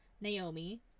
naomi